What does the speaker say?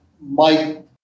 Mike